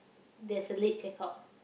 there's a late check-out